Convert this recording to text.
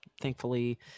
thankfully